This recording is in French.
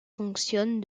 fonctionne